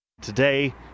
Today